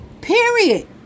period